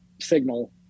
Signal